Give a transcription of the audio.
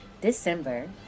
December